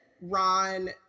Ron